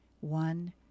one